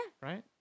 right